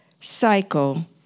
cycle